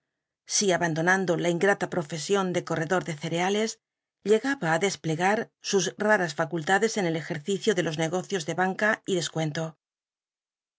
si abandonando la ingrata profesion de de cereules llegaba ti desplegar sus raras facultades en el ejercicio de los negocios de banca y descuento